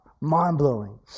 Mind-blowing